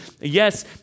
yes